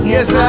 Yes